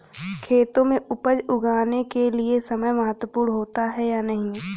खेतों में उपज उगाने के लिये समय महत्वपूर्ण होता है या नहीं?